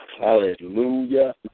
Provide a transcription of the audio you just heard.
Hallelujah